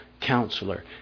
counselor